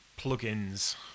plugins